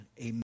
Amen